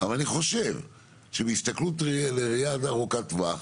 אבל אני חושב שמהסתכלות ארוכת טווח,